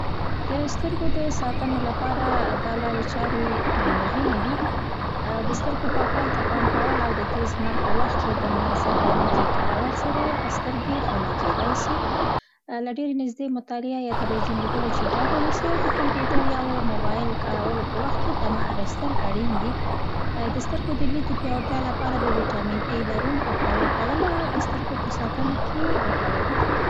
د سترګو د ساتنې لپاره دا لارې چارې مهمې دي: د سترګو پاکوالي ته پام کول او د تېز لمر په وخت کې د لمر ضد عینکې کارولو سره سترګې خوندي کیدای سي. له ډیرې نزدې مطالعه یا تلویزون لیدلو چي ډډه وسي او د کمپیوټر یا موبایل کارولو په وخت کې دمه اخیستل اړین دي. د سترګو د لید د پیاوړتیا لپاره د ویټامین اې لرونکو خوړو خوړل، د سترګو په ساتنه کې ګټور دي.